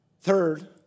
Third